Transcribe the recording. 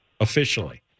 officially